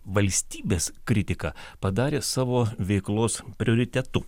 valstybės kritiką padarė savo veiklos prioritetu